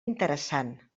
interessant